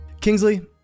Kingsley